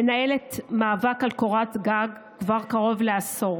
מנהלת מאבק על קורת גג כבר קרוב לעשור.